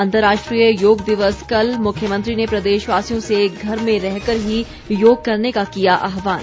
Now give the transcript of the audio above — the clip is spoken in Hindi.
अंतर्राष्ट्रीय योग दिवस कल मुख्यमंत्री ने प्रदेशवासियों से घर में रहकर ही योग करने का किया आहवान